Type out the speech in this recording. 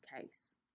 case